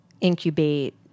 incubate